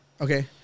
Okay